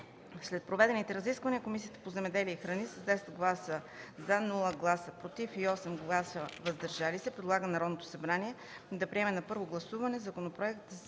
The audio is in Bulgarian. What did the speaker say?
След проведените разисквания Комисията по земеделието и храните с 10 гласа “за”, без “против” и 8 гласа “въздържали се” предлага на Народното събрание да приеме на първо гласуване Законопроект